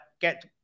Get